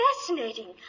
fascinating